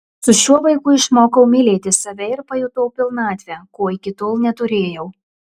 su šiuo vaiku išmokau mylėti save ir pajutau pilnatvę ko iki tol neturėjau